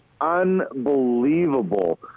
unbelievable